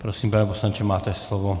Prosím, pane poslanče, máte slovo.